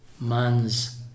man's